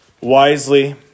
wisely